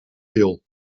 viel